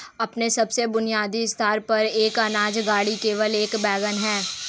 अपने सबसे बुनियादी स्तर पर, एक अनाज गाड़ी केवल एक वैगन है